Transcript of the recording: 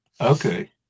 Okay